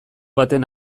baten